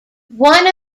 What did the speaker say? one